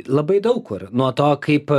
labai daug kur nuo to kaip